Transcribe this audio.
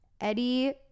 eddie